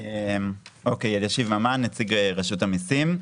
אוקיי, אלישיב ממן, נציג רשות המיסים.